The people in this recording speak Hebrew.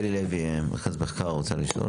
שלוי לוי ממרכז המחקר והמידע, האם את רוצה לשאול?